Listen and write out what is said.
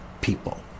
people